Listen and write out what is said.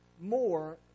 more